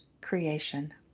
creation